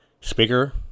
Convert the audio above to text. Speaker